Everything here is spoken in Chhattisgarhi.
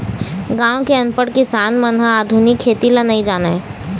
गाँव के अनपढ़ किसान मन ह आधुनिक खेती ल नइ जानय